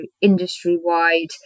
industry-wide